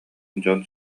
дьон